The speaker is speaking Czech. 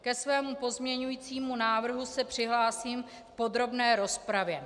Ke svému pozměňovacímu návrhu se přihlásím v podrobné rozpravě.